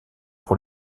pour